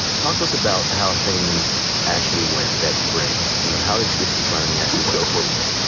talk to us about how things actually went that spring. you know, how did distance learning actually go for you?